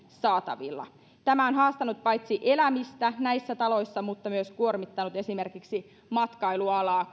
saatavilla tämä on haastanut paitsi elämistä näissä taloissa mutta myös kuormittanut esimerkiksi matkailualaa